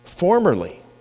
Formerly